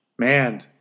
man